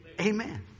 Amen